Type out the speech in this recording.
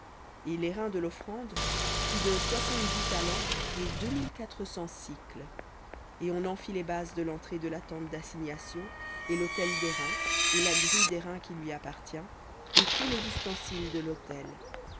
et l'airain de l'offrande fut de soixante-dix talents et deux mille quatre cents et on en fit les bases de l'entrée de la tente d'assignation et l'autel d'airain et la grille d'airain qui lui appartient et tous les ustensiles de l'autel